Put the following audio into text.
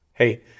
Hey